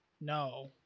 No